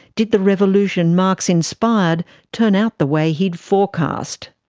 did the revolution marx inspired turn out the way he'd forecast?